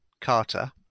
Carter